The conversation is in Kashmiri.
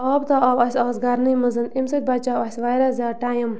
آب تہٕ آو اَسہِ آز گَرنٕے منٛز اَمہِ سۭتۍ بَچیو اَسہِ واریاہ زیادٕ ٹایِم